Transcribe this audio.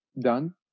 done